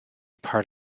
part